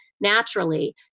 naturally